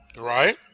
Right